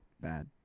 Bad